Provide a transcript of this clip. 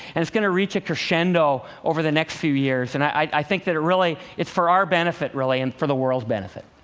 and it's going to reach a crescendo over the next few years, and i think that it's for our benefit, really, and for the world's benefit.